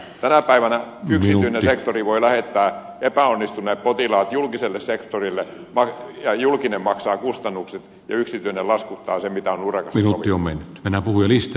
tänä päivänä yksityinen sektori voi lähettää epäonnistuneet potilaat julkiselle sektorille ja julkinen maksaa kustannukset ja yksityinen laskuttaa sen mitä on urakassa sovittu